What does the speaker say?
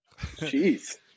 Jeez